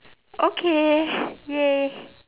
okay !yay!